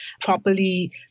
properly